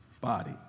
body